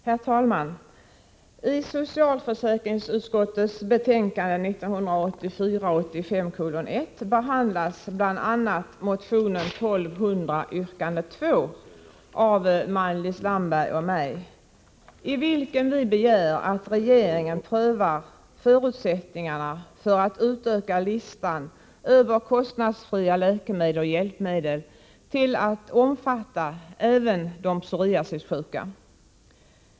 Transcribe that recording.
Herr talman! I socialförsäkringsutskottets betänkande 1984/85:1 behandlas bl.a. motion 1200 av Maj-Lis Landberg och mig, i vilken vi begär att regeringen prövar förutsättningarna för att utöka listan över kostnadsfria läkemedel och hjälpmedel till att omfatta även de psoriasissjuka.